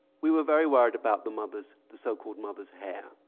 we were very worried about the mother's, the so-called mother's hair,